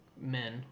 men